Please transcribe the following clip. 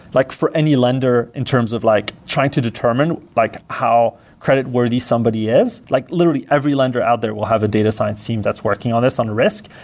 like for any lender in terms of like trying to determine like how creditworthy somebody is, like literally, every lender out there will have a data science team that's working on this on risk,